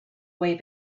way